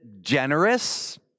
generous